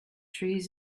trees